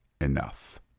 enough